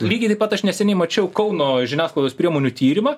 lygiai taip pat aš neseniai mačiau kauno žiniasklaidos priemonių tyrimą